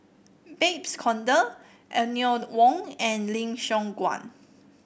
Babes Conde Eleanor Wong and Lim Siong Guan